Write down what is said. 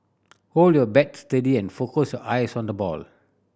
hold your bat steady and focus your eyes on the ball